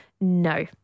no